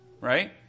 right